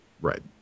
Right